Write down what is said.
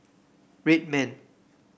Red Man